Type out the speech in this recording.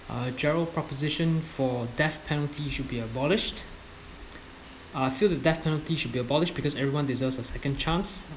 uh gerald proposition for death penalty should be abolished uh feel the death penalty should be abolished because everyone deserves a second chance